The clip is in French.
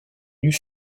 nus